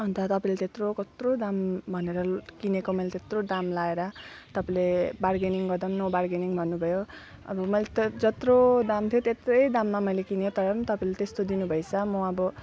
अन्त तपाईँले त्यत्रो कत्रो दाम भनेर किनेको मैले त्यत्रो दाम लगाएर तपाईँले बार्गेनिङ गर्दा नो बार्गेनिङ भन्नु भयो अब मैले त्यही त जत्रो दाम थियो त्यत्रो दाममा मैले किन्यो तर तपाईँले त्यस्तो दिनु भएछ म अब